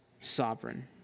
sovereign